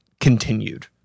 continued